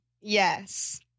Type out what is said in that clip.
Yes